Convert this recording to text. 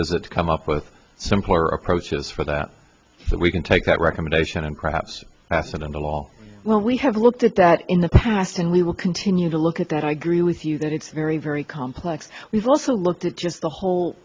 is it to come up with simpler approaches for that so we can take that recommendation and perhaps that's been in the law when we have looked at that in the past and we will continue to look at that i agree with you that it's very very complex we've also looked at just the whole